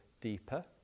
deeper